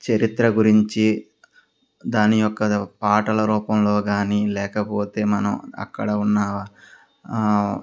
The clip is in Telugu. చరిత్ర గురించి దాని యొక్క పాటల రూపంలో గాని లేకపోతే మనం అక్కడ ఉన్న